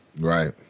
Right